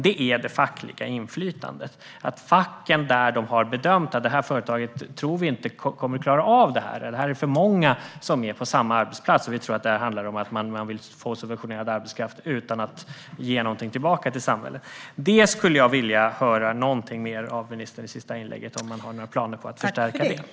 Det handlar i detta fall alltså inte om direkt brottslighet eller om syndikat som pumpar ut en massa pengar från staten. Ibland kan facken göra bedömningen att företag inte kommer att klara av det hela. De kan också framföra att alltför många personer befinner sig på en arbetsplats och att det kanske handlar om att företaget vill få subventionerad arbetskraft utan att ge någonting tillbaka till samhället. Jag vill att ministern i sitt sista inlägg säger om hon har några planer på att förstärka detta.